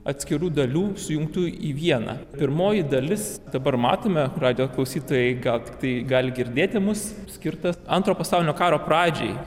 atskirų dalių sujungtų į vieną pirmoji dalis dabar matome radijo klausytojai gal tiktai gali girdėti mus skirtas antro pasaulinio karo pradžiai